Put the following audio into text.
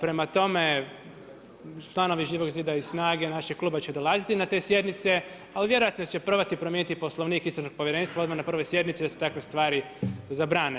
Prema tome, članovi Živog zida i SNAGA-e, našeg kluba će dolaziti na te sjednice, ali vjerojatno će probati promijeniti i poslovnik istražnog povjerenstva odmah na prvoj sjednici da se takve stvari zabrane.